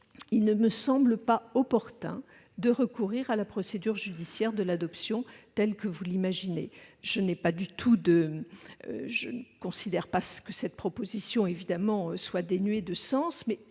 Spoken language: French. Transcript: il ne me semble pas opportun de recourir à la procédure judiciaire de l'adoption, comme vous l'imaginez. Je ne considère pas que votre proposition soit dénuée de sens,